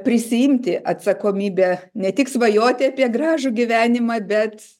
prisiimti atsakomybę ne tik svajoti apie gražų gyvenimą bet